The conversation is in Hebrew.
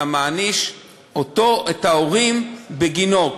אתה מעניש את ההורים בגינו.